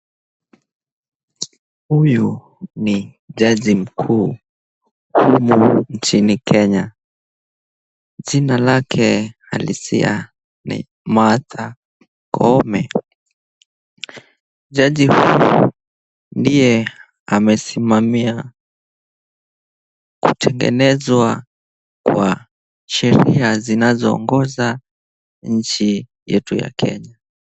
Huyu ni jaji mkuu humu nchini Kenya jina lake halisi ni Martha Koome. Jaji huyu ndiye amesimamia kutengenezwa kwa sheria zinazoongoza nchi yetu ya Kenya.